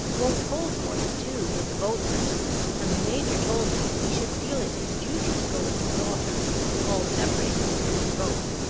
won't hold more than two, with the boatman and the major told me he should feel it his duty to go with his daughter, if we all separated in different boats.